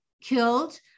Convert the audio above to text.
killed